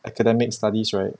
academic studies right